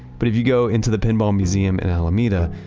but if you go into the pinball museum in alameda,